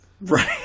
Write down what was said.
Right